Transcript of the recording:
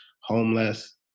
homeless